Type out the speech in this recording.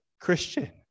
Christian